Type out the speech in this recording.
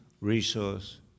Resource